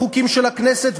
חוקים של הכנסת,